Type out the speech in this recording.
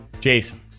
Jason